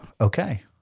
okay